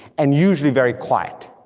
and usually very quiet,